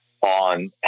on